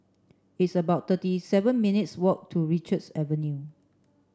it's about thirty seven minutes' walk to Richards Avenue